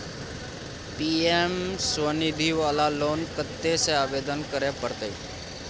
PM Svanidhi वाला loan कत्ते से आवेदन करे परतै?